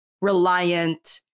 reliant